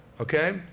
Okay